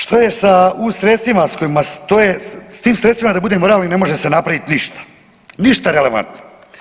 Što je sa eu sredstvima kojima stoje s tim sredstvima da budemo realni ne može se napraviti ništa, ništa relevantno.